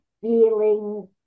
feelings